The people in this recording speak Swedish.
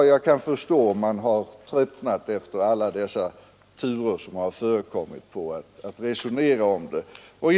Jag kan förstå att man kanske har tröttnat på att resonera om dessa tjänstebenämningar efter alla turer som har förekommit.